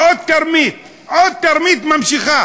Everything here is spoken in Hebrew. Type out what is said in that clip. עוד תרמית, עוד תרמית נמשכת.